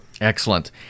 Excellent